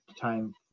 time